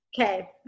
okay